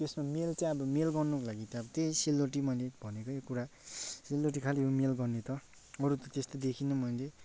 त्यसमा मेल चाहिँ अब मेल गर्नुको लागि त अब त्यही सेलरोटी मैले भनेकै कुरा सेलरोटी खालि हो मेल गर्ने त अरू त त्यस्तो देखिनँ मैले